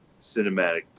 cinematic